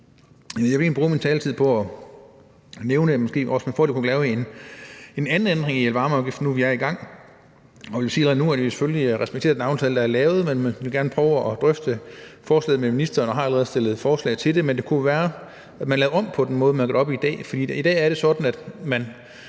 egentlig bruge min taletid på at nævne, at man måske også med fordel kunne lave en anden ændring i elvarmeafgiften nu, hvor vi er i gang. Allerede nu vil jeg sige, at vi jo respekterer den aftale, der er lavet, men vi vil gerne prøve at drøfte forslaget med ministeren og har allerede stillet forslag om det, men det kunne jo være, at man lavede om på den måde, man gør det op på i dag. I dag er det sådan, at man